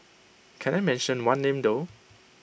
can I mention one name though